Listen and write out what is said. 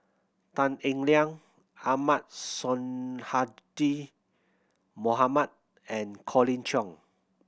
Tan Eng Liang Ahmad Sonhadji Mohamad and Colin Cheong